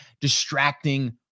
distracting